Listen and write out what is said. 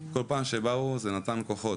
כל פעם שבאו זה נתן כוחות.